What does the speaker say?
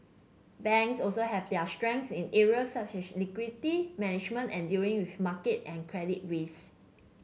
banks also have their strengths in areas such as liquidity management and dealing with market and credit risk